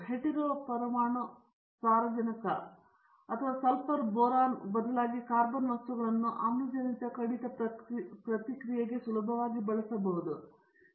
hetero ಪರಮಾಣು ಸಾರಜನಕ ಪಾಸ್ ಮತ್ತು ಸಲ್ಫರ್ ಬೋರಾನ್ ಬದಲಾಗಿ ಕಾರ್ಬನ್ ವಸ್ತುಗಳನ್ನು ಆಮ್ಲಜನಕ ಕಡಿತ ಪ್ರತಿಕ್ರಿಯೆಗೆ ಸುಲಭವಾಗಿ ಬಳಸಬಹುದು